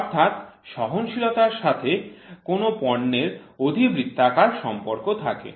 অর্থাৎ সহনশীলতার সাথে কোন পণ্যের অধিবৃত্তাকার সম্পর্ক থাকে